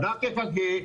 בדק א.ק.ג,